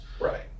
Right